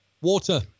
water